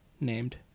named